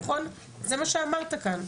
זה מה שאמרת כאן.